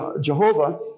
Jehovah